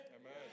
Amen